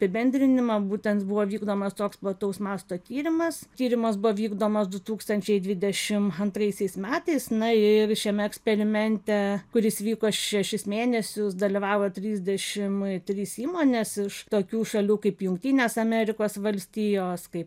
apibendrinimą būtent buvo vykdomas toks plataus masto tyrimas tyrimas buvo vykdomas du tūkstančiai dvidešim antraisias metais na ir šiame eksperimente kuris vyko šešis mėnesius dalyvavo trisdešim trys įmonės iš tokių šalių kaip jungtinės amerikos valstijos kaip